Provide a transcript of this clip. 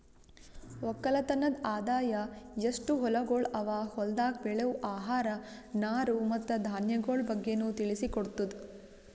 ಒಕ್ಕಲತನದ್ ಆದಾಯ, ಎಸ್ಟು ಹೊಲಗೊಳ್ ಅವಾ, ಹೊಲ್ದಾಗ್ ಬೆಳೆವು ಆಹಾರ, ನಾರು ಮತ್ತ ಧಾನ್ಯಗೊಳ್ ಬಗ್ಗೆನು ತಿಳಿಸಿ ಕೊಡ್ತುದ್